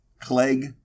Clegg